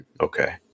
okay